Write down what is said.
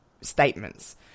statements